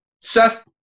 Seth